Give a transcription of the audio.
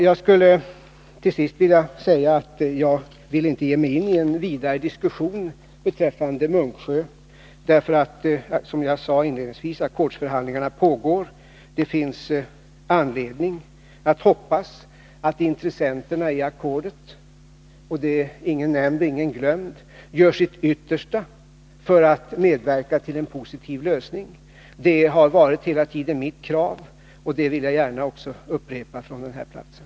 Jag skulle till sist vilja säga att jag inte vill ge mig in i en vidare diskussion ' beträffande Munksjö, därför att ackordsförhandlingarna — som jag sade inledningsvis — pågår. Vi har anledning att hoppas att intressenterna i ackordet — ingen nämnd och ingen glömd -— gör sitt yttersta för att medverka till en positiv lösning. Detta har hela tiden varit mitt krav, och det vill jag gärna upprepa från den här platsen.